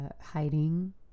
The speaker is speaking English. hiding